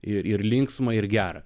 ir ir linksma ir gera